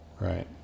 right